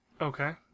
okay